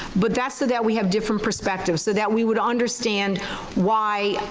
but that's so that we have different perspectives, so that we would understand why.